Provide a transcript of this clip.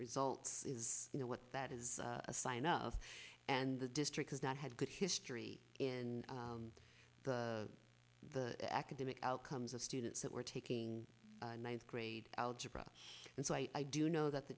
results is you know what that is a sign of and the district has not had a good history in the the academic outcomes of students that were taking ninth grade algebra and so i do know that the